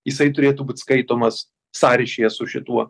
jisai turėtų būt skaitomas sąryšyje su šituo